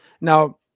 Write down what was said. now